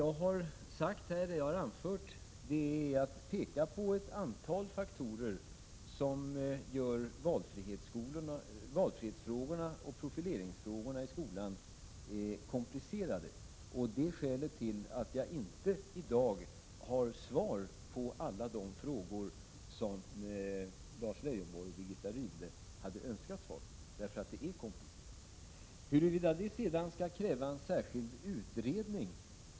Jag har i mitt anförande pekat på ett antal faktorer som gör valfrihetsfrågorna och profileringsfrågorna i skolan komplicerade. Det är skälet till att jag i dag inte har svar på alla de frågor som Lars Leijonborg och Birgitta Rydle har ställt. Jag är emellertid inte säker på att dessa frågor kräver en särskild utredning.